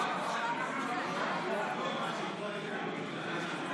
בין הפריפריה למרכז),